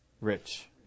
rich